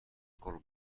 col